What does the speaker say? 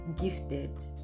gifted